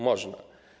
Można.